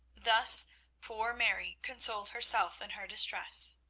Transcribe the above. thus poor mary consoled herself in her distress.